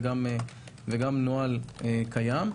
וגם נוהל קיים.